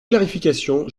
clarification